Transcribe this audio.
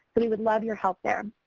we would love your help there.